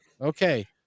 Okay